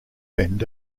end